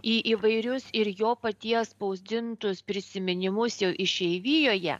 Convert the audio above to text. į įvairius ir jo paties spausdintus prisiminimus jau išeivijoje